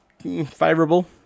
Favorable